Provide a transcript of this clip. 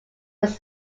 its